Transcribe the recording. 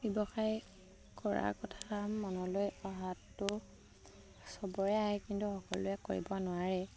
ব্যৱসায় কৰাৰ কথা মনলৈ অহাতো চবৰে আহে কিন্তু সকলোৱে কৰিব নোৱাৰে